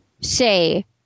say